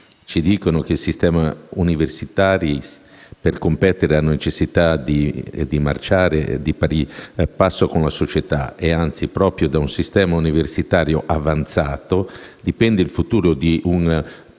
ci dicono che i sistemi universitari, per competere, hanno necessità di marciare di pari passo con la società e anzi, proprio da un sistema universitario avanzato dipende il futuro di un Paese,